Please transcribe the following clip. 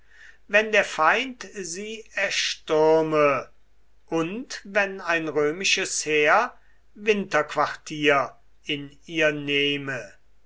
wenn der feind sie erstürme und wenn ein römisches heer winterquartier in ihr nehme